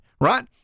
right